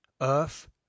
earth